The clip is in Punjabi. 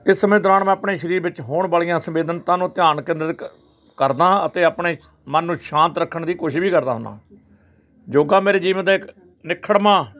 ਇਸ ਸਮੇਂ ਦੌਰਾਨ ਮੈਂ ਆਪਣੇ ਸਰੀਰ ਵਿੱਚ ਹੋਣ ਵਾਲੀਆਂ ਸੰਵੇਦਨਤਾ ਨੂੰ ਧਿਆਨ ਕੇਂਦਰਿਤ ਕ ਕਰਦਾ ਹਾਂ ਅਤੇ ਆਪਣੇ ਮਨ ਨੂੰ ਸ਼ਾਂਤ ਰੱਖਣ ਦੀ ਕੋਸ਼ਿਸ਼ ਵੀ ਕਰਦਾ ਹੁੰਦਾ ਯੋਗਾ ਮੇਰੇ ਜੀਵਨ ਦਾ ਇੱਕ ਅਨਿੱਖੜਵਾਂ